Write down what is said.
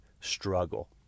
struggle